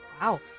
Wow